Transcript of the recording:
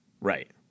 Right